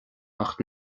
ach